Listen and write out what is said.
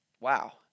Wow